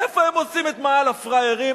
איפה הם עושים את "מאהל הפראיירים"?